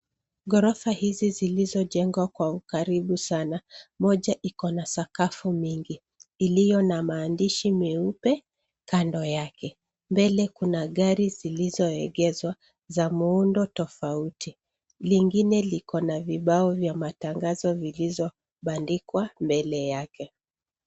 Ghorofa hizi zilizojengwa kwa ukaribu sana, moja ikona sakafu mingi iliyo na maandishi meupe kando yake. Mbele kuna gari zilizoegeshwa za muundo tofauti. Lingine liko na vibao vya matangazo zilizobandikwa mbele yake.